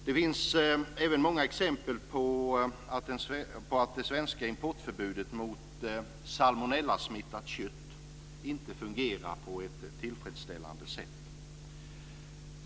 Det finns även många exempel på att det svenska importförbudet mot salmonellasmittat kött inte fungerar på ett tillfredsställande sätt.